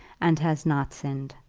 and has not sinned.